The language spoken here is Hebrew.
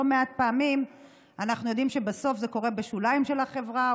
לא מעט פעמים אנחנו יודעים שבסוף זה קורה בשוליים של החברה,